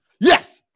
Yes